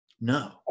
No